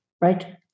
right